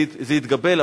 זה התקבל,